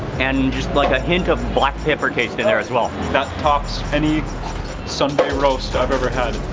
and just like a hint of black pepper taste in there as well. that tops any sunday roast i've ever had.